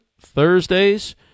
Thursdays